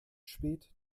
spät